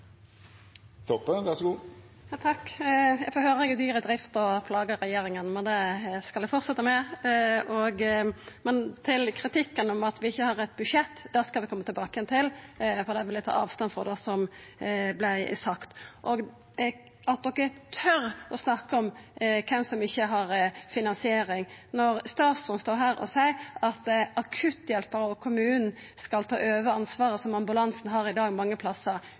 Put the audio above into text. regjeringa, men det skal eg fortsetja med. Til kritikken om at vi ikkje har eit budsjett: Det skal vi koma tilbake til, for eg vil ta avstand frå det som vart sagt. At ein tør å snakka om kven som ikkje har finansiering – når statsråden står her og seier at akutthjelpa og kommunen skal ta over ansvaret som ambulansen mange plassar har i dag,